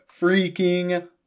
freaking